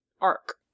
arc